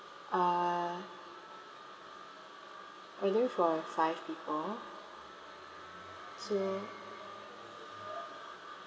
uh ordering for five people so